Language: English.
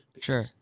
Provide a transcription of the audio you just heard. sure